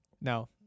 No